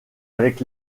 avec